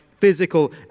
physical